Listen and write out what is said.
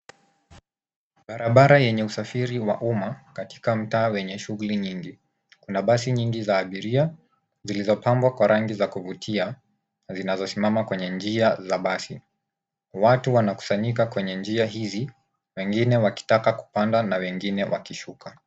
Barabara yenye usafiri wa umma katika mtaa wenye shughuli nyingi, kuna basi nyingi za abiria zilizopabwa kwa rangi za kuvutia na zinazosimama kwenye njia za basi. Watu wanakusanyika kwenye njia hizi wengine wakitaka kupanda na wengine wakishuka.